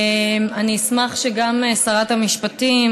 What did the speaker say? אני אשמח שגם שרת המשפטים,